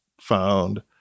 found